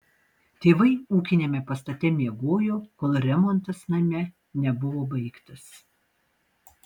tėvai ūkiniame pastate miegojo kol remontas name nebuvo baigtas